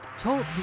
talk